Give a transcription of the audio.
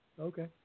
Okay